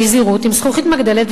עם זכוכית מגדלת,